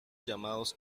llamados